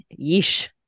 yeesh